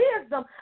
wisdom